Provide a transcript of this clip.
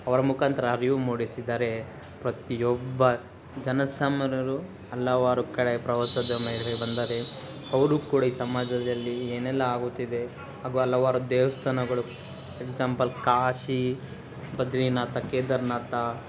ಅವರ ಮುಖಾಂತರ ಅರಿವು ಮೂಡಿಸಿದ್ದಾರೆ ಪ್ರತಿಯೊಬ್ಬ ಜನಸಾಮಾನ್ಯರು ಹಲವಾರು ಕಡೆ ಪ್ರವಾಸೋದ್ಯಮ ಮೇಲೆ ಬಂದರೆ ಅವರೂ ಕೂಡ ಈ ಸಮಾಜದಲ್ಲಿ ಏನೆಲ್ಲ ಆಗುತ್ತಿದೆ ಹಾಗು ಹಲವಾರು ದೇವಸ್ಥಾನಗಳು ಎಕ್ಸಾಂಪಲ್ ಕಾಶಿ ಬದ್ರಿನಾಥ ಕೇದಾರನಾಥ